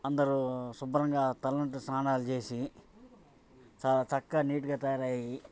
అందరు శుభ్రంగా తలంటు స్నానాలు చేసి చాలా చక్కగా నీటుగా తయారు అయ్యి